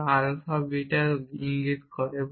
যেমন আলফা এবং বিটা ইঙ্গিত করে